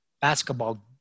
basketball